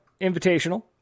Invitational